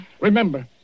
Remember